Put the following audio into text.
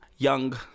young